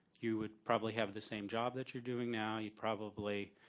you would probably have the same job that you're doing now, you'd probably